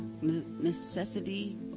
necessity